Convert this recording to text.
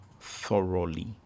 thoroughly